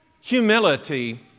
Humility